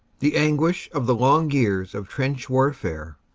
the anguish of the long years of trench warfare,